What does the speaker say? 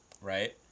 right